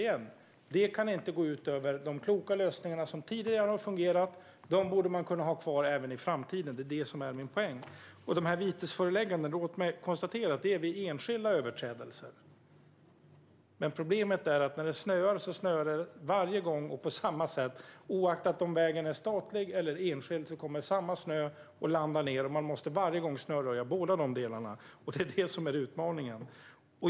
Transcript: Men det kan, återigen, inte gå ut över de kloka lösningarna som tidigare har fungerat. Man borde kunna ha kvar dem även i framtiden. Det är min poäng. När det gäller vitesföreläggandena gäller det vid enskilda överträdelser. Men problemet är att när det snöar snöar det varje gång på samma sätt. Snön kommer att landa oaktat om vägen är statlig eller enskild, och man måste snöröja båda delarna varje gång. Det är det som är utmaningen.